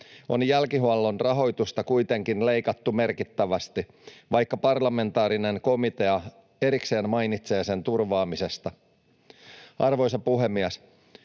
on jälkihuollon rahoitusta kuitenkin leikattu merkittävästi, vaikka parlamentaarinen komitea erikseen mainitsee sen turvaamisesta. Arvoisa puhemies!